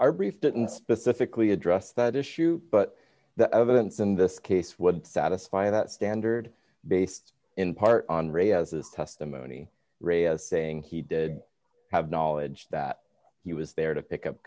our brief didn't specifically address that issue but the evidence in this case would satisfy that standard based in part on his testimony re saying he did have knowledge that he was there to pick up